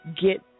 get